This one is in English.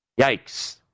Yikes